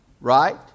Right